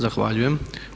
Zahvaljujem.